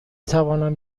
توانم